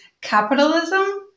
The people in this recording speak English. capitalism